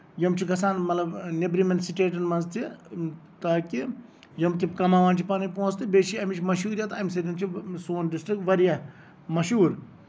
یِم چھِ گژھان مطلب نیبرِمین سِٹیٹَن منز تہِ تاکہِ یِم تہِ کَماوان چھِ پَنٕنۍ پونسہٕ تہِ بیٚیہِ چھِ اَمِچ مَشہوٗریت اَمہِ سۭتۍ چھُ سون ڈِسٹرک واریاہ مَشہوٗر